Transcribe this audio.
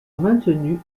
maintenu